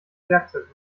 werkzeug